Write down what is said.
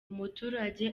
umuturage